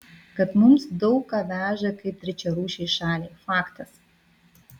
kad mums daug ką veža kaip trečiarūšei šaliai faktas